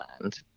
land